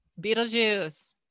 Beetlejuice